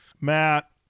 Matt